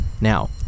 now